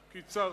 קיצרתי.